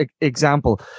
example